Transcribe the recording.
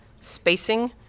spacing